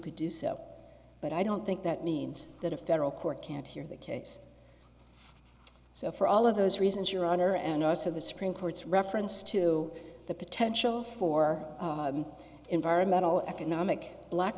could do so but i don't think that means that a federal court can't hear the case so for all of those reasons your honor and also the supreme court's reference to the potential for environmental economic